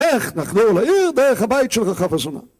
איך נחזור לעיר דרך הבית של רחב הזונה